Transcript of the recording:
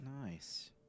Nice